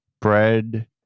bread